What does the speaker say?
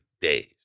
days